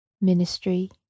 Ministry